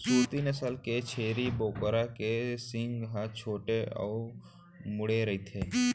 सूरती नसल के छेरी बोकरा के सींग ह छोटे अउ मुड़े रइथे